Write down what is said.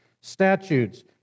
statutes